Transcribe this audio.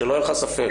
שלא יהיה לך ספק.